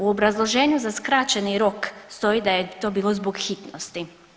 U obrazloženju za skraćeni rok stoji da je to bilo zbog hitnosti.